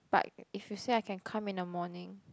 but if you say I can come in the morning